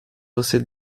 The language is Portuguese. você